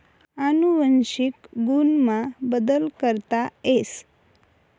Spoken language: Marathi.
अनुवंशिक गुण मा बदल करता येस